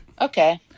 Okay